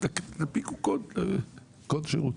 שינפיקו קוד שירות.